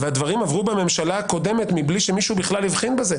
והדברים עברו בממשלה הקודמת מבלי שמישהו בכלל הבחין בזה.